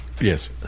yes